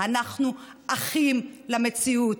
אנחנו אחים למציאות,